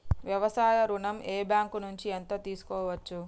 వ్యవసాయ ఋణం ఏ బ్యాంక్ నుంచి ఎంత తీసుకోవచ్చు?